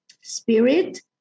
spirit